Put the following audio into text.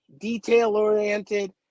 detail-oriented